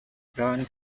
ground